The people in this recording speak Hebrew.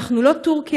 אנחנו לא טורקיה,